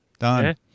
Done